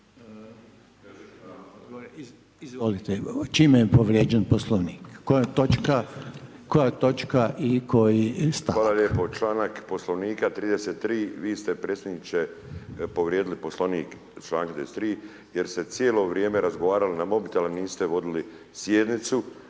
Izvolite čime je povrijeđen poslovnik, koja točka i koji stavak. **Bulj, Miro (MOST)** Hvala lijepo čl. poslovnika 33. vi ste predsjedniče povrijedili poslovnik čl. 33. jer ste cijelo vrijeme razgovarali na mobitel a niste vodili sjednicu,